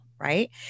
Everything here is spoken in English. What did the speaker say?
Right